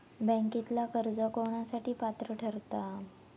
बँकेतला कर्ज कोणासाठी पात्र ठरता?